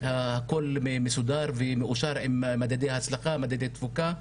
הכל מסודר ומאושר עם מדדי הצלחה, מדדי תפוקה,